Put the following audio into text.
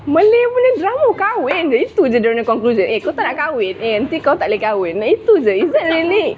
malay punya drama kahwin jer itu dorang punya conclusion eh kau tak nak kahwin nanti kau tak boleh kahwin itu jer